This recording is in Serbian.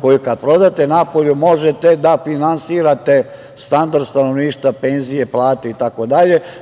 koju kada prodate napolju možete da finansirate standard stanovništva, penzije, plate itd,